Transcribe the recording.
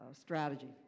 strategy